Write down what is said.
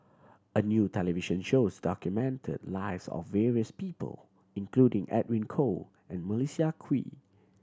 a new television shows documented the lives of various people including Edwin Koo and Melissa Kwee